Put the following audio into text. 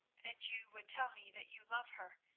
and you would tell me that you love her,